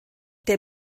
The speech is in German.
der